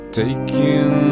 taking